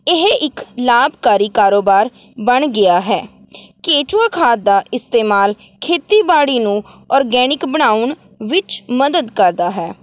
ਇਹ ਇੱਕ ਲਾਭਕਾਰੀ ਕਾਰੋਬਾਰ ਬਣ ਗਿਆ ਹੈ ਕੇਚੂਆ ਖਾਦ ਦਾ ਇਸਤੇਮਾਲ ਖੇਤੀਬਾੜੀ ਨੂੰ ਔਰਗੈਨਿਕ ਬਣਾਉਣ ਵਿੱਚ ਮਦਦ ਕਰਦਾ ਹੈ